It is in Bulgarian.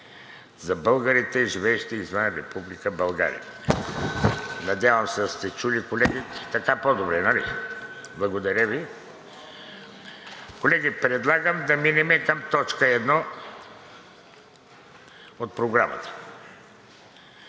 за българите, живеещи извън Република България. Надявам се да сте чули, колеги. Така е по-добре, нали? Благодаря Ви. Колеги, предлагам да минем към точка първа от Програмата.